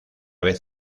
vez